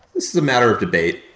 this is a matter of debate.